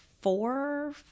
four